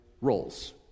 roles